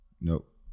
Nope